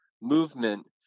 movement